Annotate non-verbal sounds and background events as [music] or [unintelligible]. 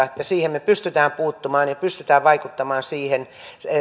[unintelligible] että me pystymme puuttumaan terrorismitoimintaan ja pystymme vaikuttamaan siihen